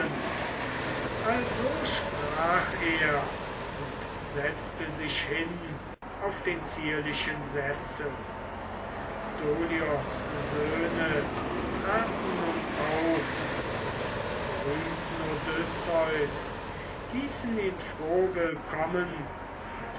also sprach er und setzte sich hin auf den zierlichen sessel dolios söhne traten nun auch zum berühmten odysseus hießen ihn froh willkommen und